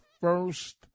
first